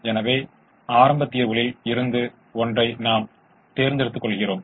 இப்போது பலவீனமான இரட்டைக் கோட்பாட்டைப் படித்து உங்களுக்கு விளக்க முயற்சிக்கிறேன்